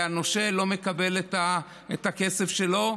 והנושה לא מקבל את הכסף שלו.